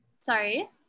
sorry